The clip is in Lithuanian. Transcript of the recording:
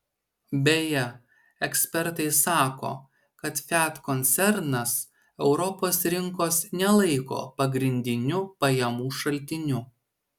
beje ekspertai sako kad fiat koncernas europos rinkos nelaiko pagrindiniu pajamų šaltiniu